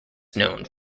known